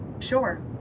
sure